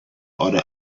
other